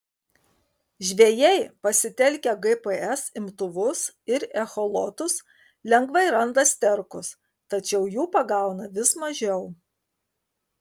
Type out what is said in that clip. žvejai pasitelkę gps imtuvus ir echolotus lengvai randa sterkus tačiau jų pagauna vis mažiau